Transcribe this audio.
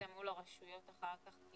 תבדקי את זה מול הרשויות אחר כך.